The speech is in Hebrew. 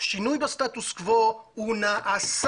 השינוי בסטטוס קוו נעשה,